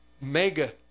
mega